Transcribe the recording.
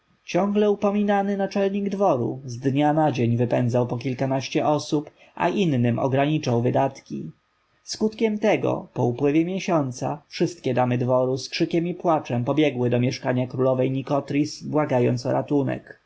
ciągle upominany naczelnik dworu z dnia na dzień wypędzał po kilkanaście osób a innym ograniczał wydatki skutkiem tego po upływie miesiąca wszystkie damy dworu z krzykiem i płaczem pobiegły do mieszkania królowej nikotris błagając o ratunek